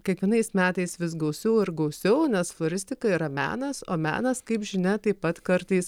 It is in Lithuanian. kiekvienais metais vis gausiau ir gausiau nes floristika yra menas o menas kaip žinia taip pat kartais